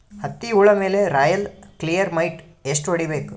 ಹತ್ತಿ ಹುಳ ಮೇಲೆ ರಾಯಲ್ ಕ್ಲಿಯರ್ ಮೈಟ್ ಎಷ್ಟ ಹೊಡಿಬೇಕು?